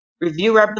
review